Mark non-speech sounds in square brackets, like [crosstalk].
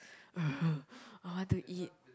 [noise] I want to eat